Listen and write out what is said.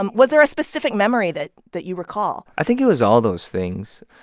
um was there a specific memory that that you recall? i think it was all those things.